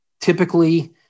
typically